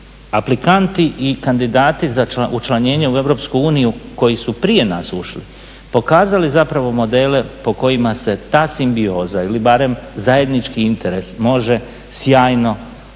aplikanti i kandidati za učlanjenje u EU koji su prije nas ušli pokazali zapravo modele po kojima se ta simbioza ili barem zajednički interes može sjajno iskoristiti,